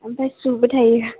ओमफ्राय सुबो थायो